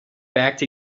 backed